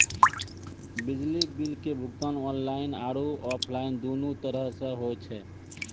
बिजली बिल के भुगतान आनलाइन आरु आफलाइन दुनू तरहो से होय छै